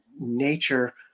nature